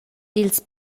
dils